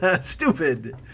Stupid